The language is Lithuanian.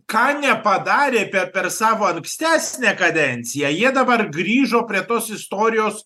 ką nepadarė per per savo ankstesnę kadenciją jie dabar grįžo prie tos istorijos